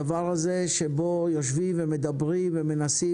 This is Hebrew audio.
הדבר הזה שבו יושבים ומדברים ומנסים